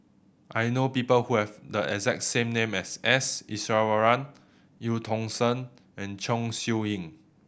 I know people who have the exact same name as S Iswaran Eu Tong Sen and Chong Siew Ying